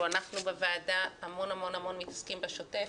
אנחנו בוועדה המון המון מתעסקים בשוטף